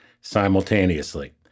simultaneously